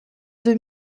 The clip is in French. deux